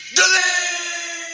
delete